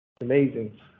amazing